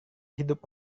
hidup